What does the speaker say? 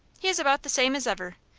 he is about the same as ever.